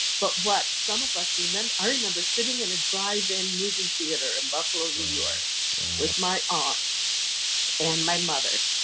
but what some of us remember. i remember sitting in a drive-in movie theater in buffalo, new york with my aunt and my mother,